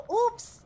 oops